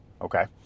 okay